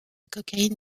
cocaïne